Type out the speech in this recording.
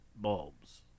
bulbs